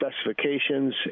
specifications